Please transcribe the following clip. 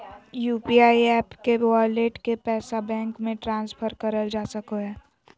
UPI app के wallet के पैसा बैंक मे ट्रांसफर करल जा सको हय